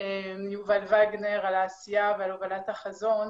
ליובל וגנר על העשייה ועל הובלת החזון.